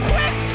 Quick